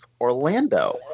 Orlando